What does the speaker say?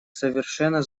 совершенно